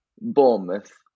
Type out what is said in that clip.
Bournemouth